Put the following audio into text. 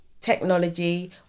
technology